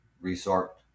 resort